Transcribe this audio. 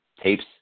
tapes